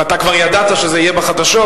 ואתה כבר ידעת שזה יהיה בחדשות.